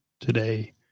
today